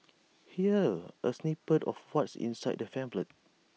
here's A snippet of what's inside the pamphlet